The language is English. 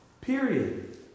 Period